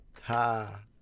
Ha